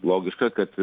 logiška kad